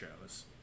shows